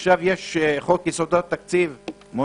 עכשיו יש את חוק יסודות התקציב שמונח.